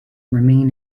remain